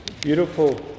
beautiful